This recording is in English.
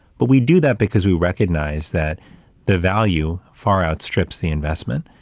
but we do that because we recognize that the value far outstrips the investment.